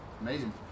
amazing